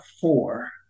four